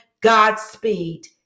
Godspeed